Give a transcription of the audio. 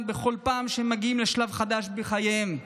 בכל פעם שהם מגיעים לשלב חדש בחייהם,